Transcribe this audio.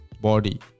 body